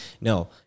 No